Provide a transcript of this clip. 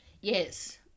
Yes